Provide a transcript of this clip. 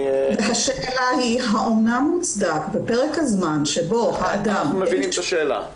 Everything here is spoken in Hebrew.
השאלה היא אם מוצדק בפרק הזמן שבו האדם --- אנחנו מבינים את השאלה.